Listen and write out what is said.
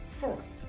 First